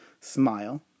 Smile